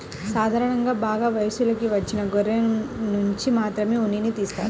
సాధారణంగా బాగా వయసులోకి వచ్చిన గొర్రెనుంచి మాత్రమే ఉన్నిని తీస్తారు